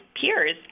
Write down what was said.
peers